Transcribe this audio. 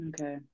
Okay